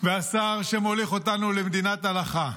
והשר שמוליך אותנו למדינת הלכה,